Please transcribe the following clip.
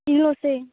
बिल'सै